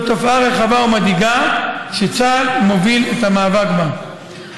זו תופעה רחבה ומדאיגה, וצה"ל מוביל את המאבק בה.